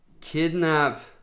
kidnap